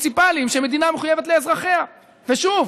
שוב,